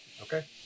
Okay